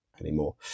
anymore